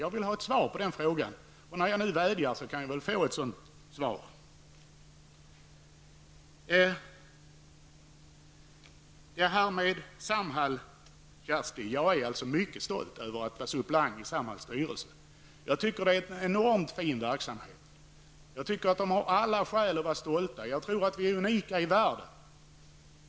Jag vill ha besked, och när jag nu vädjar kan jag väl få ett svar av Mona Saint Cyr. Jag är mycket stolt, Kersti Johansson, över att vara suppleant i Samhalls styrelse. Jag tycker att Samhalls verksamhet är enormt fin. Vi har alla skäl att vara stolta. Jag tror att Samhalls verksamhet är unik i världen.